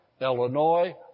Illinois